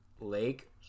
Lake